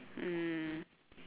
mm